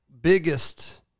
biggest